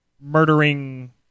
murdering